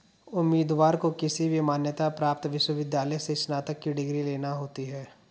उम्मीदवार को किसी भी मान्यता प्राप्त विश्वविद्यालय से स्नातक की डिग्री लेना होती है